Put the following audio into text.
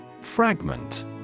Fragment